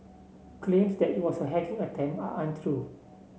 claims that it was a hacking attempt are untrue